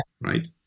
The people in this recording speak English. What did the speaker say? right